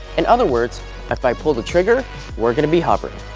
in other words if i pull the trigger we're going to be hovering!